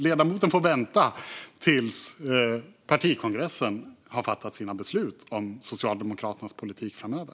Ledamoten får vänta tills partikongressen har fattat sina beslut om Socialdemokraternas politik framöver.